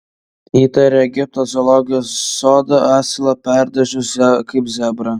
įtaria egipto zoologijos sodą asilą perdažius kaip zebrą